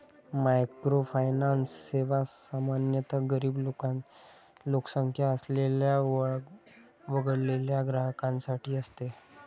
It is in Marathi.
मायक्रोफायनान्स सेवा सामान्यतः गरीब लोकसंख्या असलेल्या वगळलेल्या ग्राहकांसाठी असते